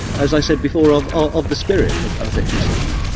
as i said before, of of the spirit of of wittgenstein.